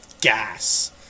Gas